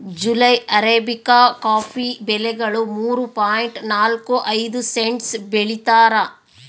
July arabica coffee ಬೆಲೆಗಳು ಮೂರು point ನಾಲ್ಕು ಐದು ಸೆಂಟ್ಸ್ ಬೆಳೀತಾರ